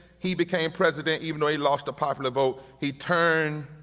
he became president even though he lost the popular vote. he turned